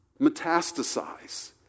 metastasize